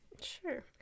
Sure